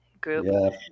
group